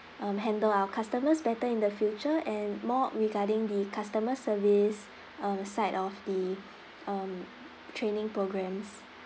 um handle our customers better in the future and more regarding the customer service uh side of the um training programs